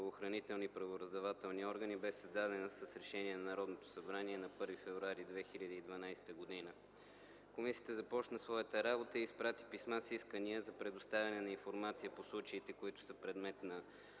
правораздавателни органи беше създадена с Решение на Народното събрание на 1 февруари 2012 г. Комисията започна своята работа и изпрати писма с искания за предоставяне на информация по случаите, които са предмет на